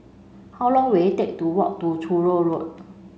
how long will it take to walk to Truro Road